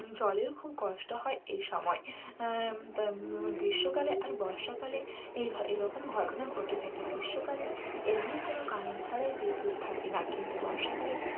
জলের খুব কষ্ট হয় এই সময় গ্রীষ্মকালে আর বর্ষাকালে এই ভা এই রকম ঘটনা ঘটে থাকে গ্রীষ্মকালে এমনি কোনো কারণ ছাড়াই বিদ্যুৎ থাকে না কিন্তু বর্ষাকালে